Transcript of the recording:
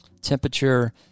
Temperature